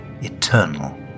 eternal